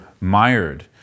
mired